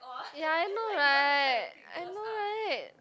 ya I know right I know right